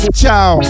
ciao